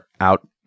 out